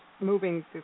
moving